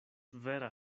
vera